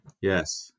yes